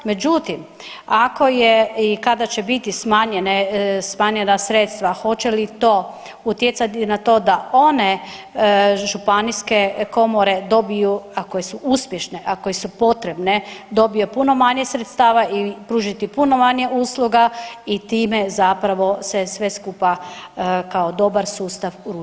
Međutim, ako je i kada će biti smanjene, smanjena sredstva hoće li to utjecati na to da one županijske komore dobiju, a koje su uspješne, a koje su potrebne dobije puno manje sredstava i pružiti puno manje usluga i time zapravo se sve skupa kao dobar sustav urušiti.